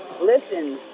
Listen